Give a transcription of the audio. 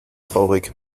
traurig